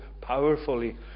powerfully